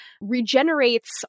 regenerates